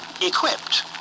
equipped